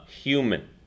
human